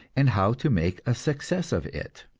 and how to make a success of it.